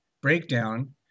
breakdown